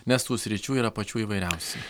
nes tų sričių yra pačių įvairiausių